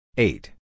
Eight